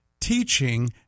teaching